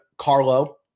Carlo